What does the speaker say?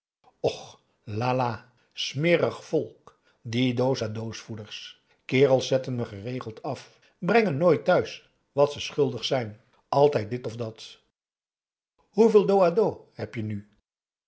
là smerig volk die dos à dos voerders kerels zetten me geregeld af brengen nooit thuis wat ze schuldig zijn altijd dit of dat hoeveel dos à dos heb-je nu